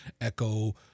echo